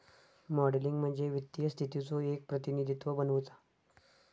modelling म्हणजे वित्तीय स्थितीचो एक प्रतिनिधित्व बनवुचा